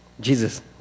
Jesus